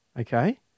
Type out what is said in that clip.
Okay